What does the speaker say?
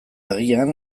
agian